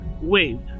waved